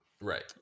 right